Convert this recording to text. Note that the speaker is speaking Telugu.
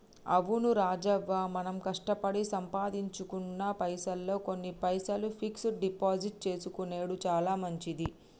అవును రాజవ్వ మనం కష్టపడి సంపాదించుకున్న పైసల్లో కొన్ని పైసలు ఫిక్స్ డిపాజిట్ చేసుకొనెడు చాలా మంచిది